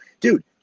Dude